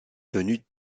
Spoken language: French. venues